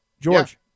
George